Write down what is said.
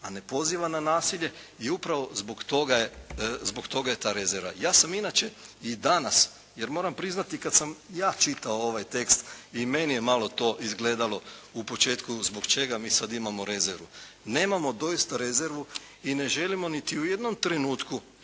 a ne poziva na nasilje i upravo zbog toga je ta rezerva. Ja sam inače i danas, jer moram priznati kad sam ja čitao ovaj tekst i meni je malo to izgledalo u početku zbog čega mi sad imamo rezervu. Nemamo doista rezervu i ne želimo niti u jednom trenutku